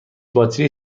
باتری